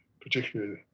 particularly